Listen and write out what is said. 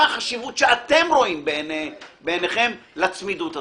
החשיבות שאתם רואים בעיניכם לצמידות הזו.